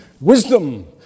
Wisdom